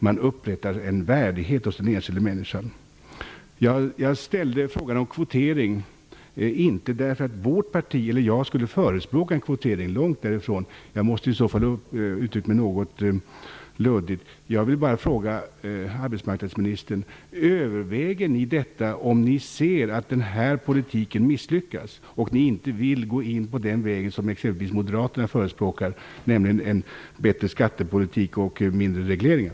Man upprättar en värdighet hos den enskilda människan. Jag ställde inte frågan om kvotering därför att vårt parti eller jag skulle förespråka en kvotering, långt därifrån. Om någon tror det måste jag ha uttryckt mig något luddigt. Överväger ni detta om ni ser att den här politiken misslyckas och ni inte vill gå in på den väg som exempelvis moderaterna förespråkar, nämligen en bättre skattepolitik och färre regleringar?